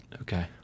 Okay